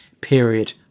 period